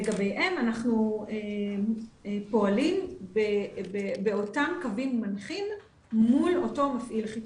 לגביהם אנחנו פועלים באותם קווים מנחים מול אותו מפעיל חיצוני.